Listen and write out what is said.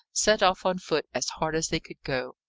set off on foot as hard as they could go.